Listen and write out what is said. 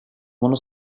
bunu